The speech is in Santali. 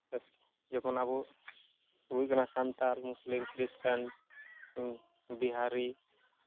ᱡᱚᱠᱷᱚᱱ ᱟᱵᱚ ᱦᱩᱭᱩᱜ ᱠᱟᱱᱟ ᱥᱟᱱᱛᱟᱞ ᱢᱩᱥᱞᱤᱢ ᱠᱷᱨᱤᱥᱴᱟᱱ ᱵᱤᱦᱟᱨᱤ